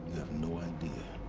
no idea.